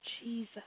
Jesus